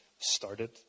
started